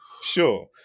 Sure